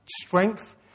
strength